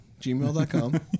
gmail.com